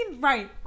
Right